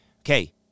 Okay